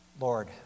Lord